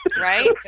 Right